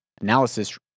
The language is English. analysis